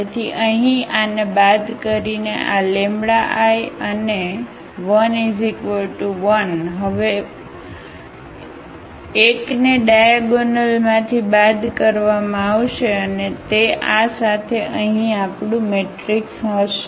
તેથી અહીં આને બાદ કરીને આ λI અને 1 1 હવે 1 ને ડાયાગોનલમાંથી બાદ કરવામાં આવશે અને તે આ સાથે અહીં આપણું મેટ્રિક્સ હશે